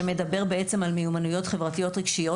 שמדבר על מיומנויות חברתיות-רגשיות.